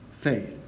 faith